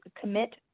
commit